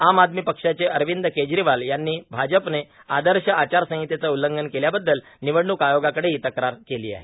आम आदमी पक्षाचे अर्रावंद केजरांवाल यांनी भाजपने आदश आचारसंहतेचे उल्लंघन केल्याबद्दल ानवडणूक आयोगाकडेही तक्रार केली आहे